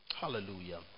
hallelujah